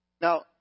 Now